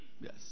Yes